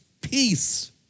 peace